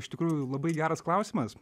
iš tikrųjų labai geras klausimas